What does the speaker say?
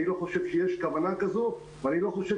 אני לא חושב שיש כוונה כזאת ואני לא חושב